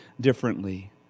differently